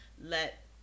let